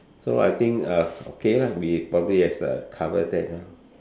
so I think uh okay we probably has uh covered that